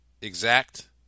exact